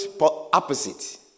opposite